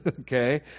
Okay